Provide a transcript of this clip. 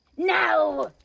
now!